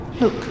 Look